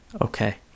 Okay